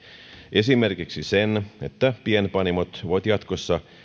esimerkiksi sen että pienpanimot voivat jatkossa